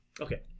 okay